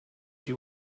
you